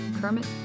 Kermit